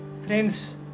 Friends